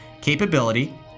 Capability